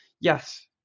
yes